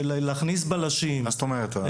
להכניס בלשים --- מה זאת אומרת?